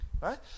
right